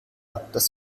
das